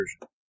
version